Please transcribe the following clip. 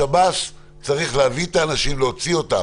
השב"ס צריך להביא את האנשים, להוציא אותם.